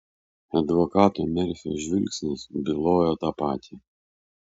advokato merfio žvilgsnis bylojo tą patį